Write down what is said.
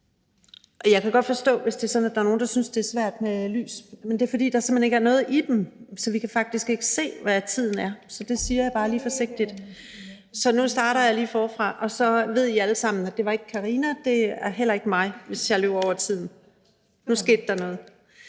Jeg kan godt forstå, hvis det er sådan, at der er nogle, der synes, at det er svært med lyset her, men det er, fordi der simpelt hen ikke er noget lys i uret. Så vi kan faktisk ikke se, hvad tiden er. Det siger jeg bare lige forsigtigt. Og nu starter jeg lige forfra, og så ved I alle sammen, at det ikke var Karinas skyld, og det er heller ikke min skyld, hvis jeg går over tiden. Nu skete der noget.